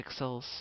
pixels